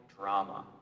drama